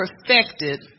perfected